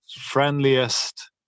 friendliest